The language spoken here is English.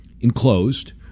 enclosed